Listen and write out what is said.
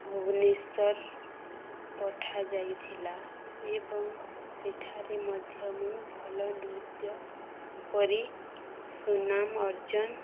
ଭୁବନେଶ୍ୱର ପଠାଯାଇଥିଲା ଏବଂ ସେଠାରେ ମଧ୍ୟ ମୁଁ ଭଲ ନୃତ୍ୟ କରି ସୁନାମ୍ ଅର୍ଜନ